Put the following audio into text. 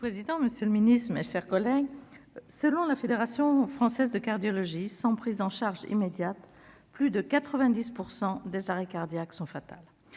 Monsieur le président, monsieur le secrétaire d'État, mes chers collègues, selon la Fédération française de cardiologie, sans prise en charge immédiate, plus de 90 % des arrêts cardiaques sont fatals.